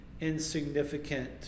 insignificant